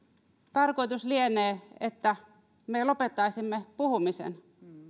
tarkoitus lienee että me lopettaisimme puhumisen